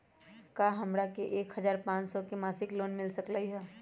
का हमरा के एक हजार पाँच सौ के मासिक लोन मिल सकलई ह?